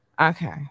Okay